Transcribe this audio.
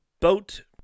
boat